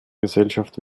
gesellschaft